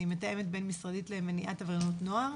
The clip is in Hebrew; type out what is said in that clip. אני מתאמת בין-משרדית למניעת עבריינות נוער.